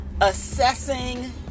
Assessing